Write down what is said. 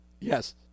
Yes